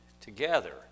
together